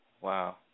wow